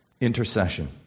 intercession